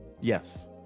Yes